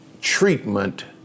treatment